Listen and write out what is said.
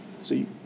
See